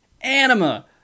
anima